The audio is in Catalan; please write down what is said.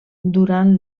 durant